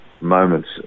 moments